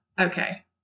Okay